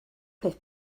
peth